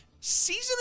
season